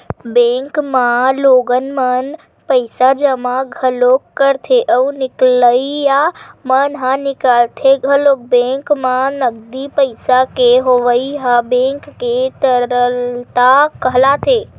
bank म लोगन मन पइसा जमा घलोक करथे अउ निकलइया मन ह निकालथे घलोक बेंक म नगदी पइसा के होवई ह बेंक के तरलता कहलाथे